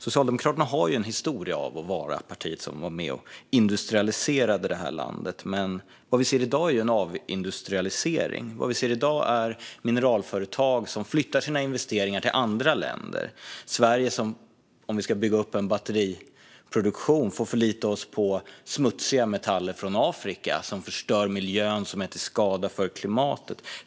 Socialdemokraterna har en historia av att vara det parti som var med och industrialiserade vårt land, men det vi ser i dag är ju en avindustrialisering och att mineralföretag flyttar sina investeringar till andra länder. Om vi i Sverige ska bygga upp en batteriproduktion får vi förlita oss på smutsiga metaller från Afrika som förstör miljön och är till skada för klimatet.